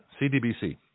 CDBC